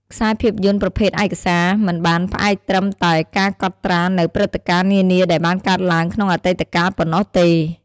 ខ្សែភាពយន្តប្រភេទឯកសារ មិនបានផ្អែកត្រឹមតែការកត់ត្រានូវព្រឹត្តិការណ៍នានាដែលបានកើតឡើងក្នុងអតីតកាលប៉ុណ្ណោះទេ។